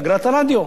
כזכור לך,